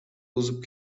бузуп